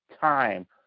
time